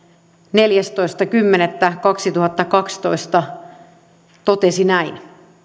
neljästoista kymmenettä kaksituhattakaksitoista totesi näin